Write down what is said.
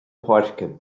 páirce